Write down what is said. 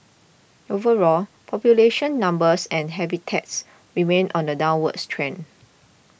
overall population numbers and habitats remain on a downwards trend